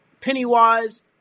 Pennywise